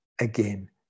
again